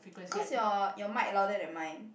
cause your your mic louder than mine